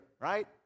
right